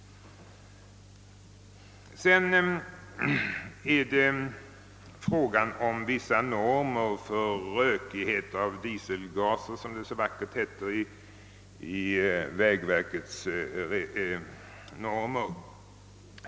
Jag vill sedan ta upp frågan om vissa normer för rökighet av dieselgaser, som det så vackert heter i vägverkets anvisningar.